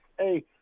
Hey